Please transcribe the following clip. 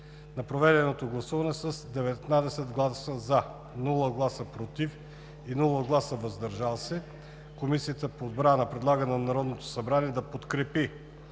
На проведеното гласуване, с 19 гласа „за“ , без „против“ и „въздържал се“, Комисията по отбрана предлага на Народното събрание да подкрепи